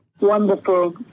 Wonderful